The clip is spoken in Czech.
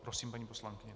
Prosím, paní poslankyně.